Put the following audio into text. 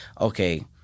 okay